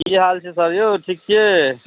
की हाल छै सर यौ ठीक छियै